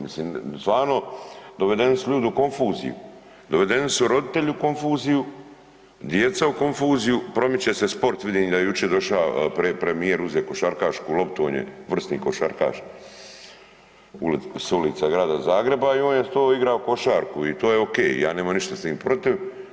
Mislim stvarno dovedeni su ljudi u konfuziju, dovedeni su roditelji u konfuziju, djeca u konfuziju, promiče se sport, vidim da je jučer doša premijer uzeti košarkašku loptu, on je vrsni košarkaš s ulice grada Zagreba i on je to igrao košarku i to je okej, ja nemam ništa s tim protiv.